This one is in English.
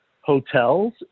hotels